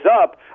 up